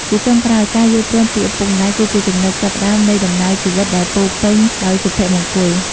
ជាចុងក្រោយ ការយល់ព្រមពីឪពុកម្ដាយគឺជាចំណុចចាប់ផ្តើមនៃដំណើរជីវិតដែលពោរពេញដោយសុភមង្គល។